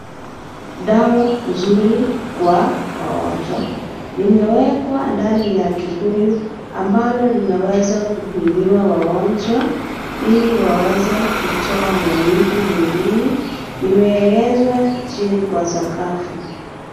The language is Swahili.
Dawa, nzuri, kwa wagonjwa, imewekwa, ndani ya kibuyu ambalo linaweza kupimiwa wagonjwa, ili waweze kutoa maumivu mwilini, imeegezwa, chini kwa sakafu.